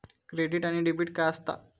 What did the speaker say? Credit आणि debit काय असता?